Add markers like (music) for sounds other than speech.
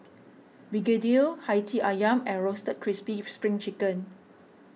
Begedil Hati Ayam and Roasted Crispy (unintelligible) Spring Chicken